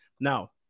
now